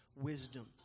wisdom